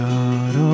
God